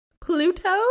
Pluto